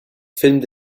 filmed